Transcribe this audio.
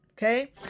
Okay